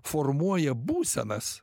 formuoja būsenas